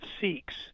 seeks